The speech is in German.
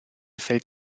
fällt